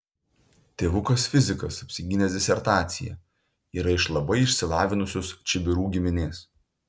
tėvukas fizikas apsigynęs disertaciją yra iš labai išsilavinusios čibirų giminės